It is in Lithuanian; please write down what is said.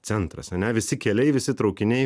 centras ane visi keliai visi traukiniai